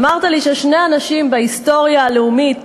אמרת לי ששני אנשים בהיסטוריה הלאומית